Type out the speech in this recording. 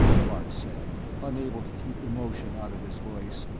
bart said, unable to keep emotion out of his voice,